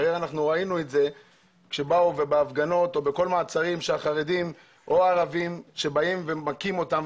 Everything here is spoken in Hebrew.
ראינו את זה בהפגנות או במעצרים של חרדים או ערבים כשבאים ומכים אותם.